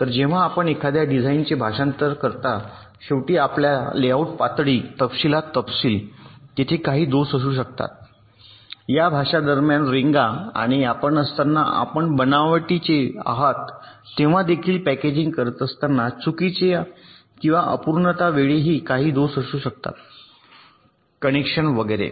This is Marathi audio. तर जेव्हा आपण एखाद्या डिझाइनचे भाषांतर करता शेवटी आपल्या लेआउट पातळी तपशीलात तपशील तेथे काही दोष असू शकतात या भाषांतर दरम्यान रेंगा आणि आपण असताना आपण बनावटीचे आहात तेव्हा देखील पॅकेजिंग करत असताना चुकीच्या किंवा अपूर्णतेमुळेही काही दोष असू शकतात कनेक्शन वगैरे